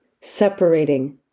separating